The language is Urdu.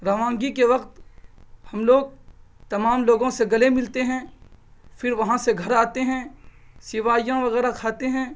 روانگی کے وقت ہم لوگ تمام لوگوں سے گلے ملتے ہیں فر وہاں سے گھر آتے ہیں سیوائیاں وغیرہ خاتے ہیں